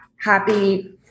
happy